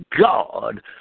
God